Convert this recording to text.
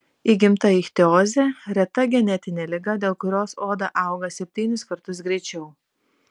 įgimta ichtiozė reta genetinė liga dėl kurios oda auga septynis kartus greičiau